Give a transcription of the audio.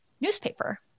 newspaper